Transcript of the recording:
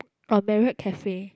uh Marriott cafe